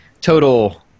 total